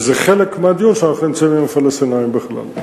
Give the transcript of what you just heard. וזה חלק מהדיון שאנחנו נמצאים עם הפלסטינים בכלל.